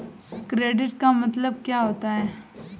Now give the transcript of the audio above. Credit का मतलब क्या होता है?